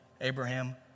Abraham